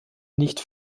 nicht